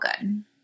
good